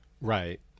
Right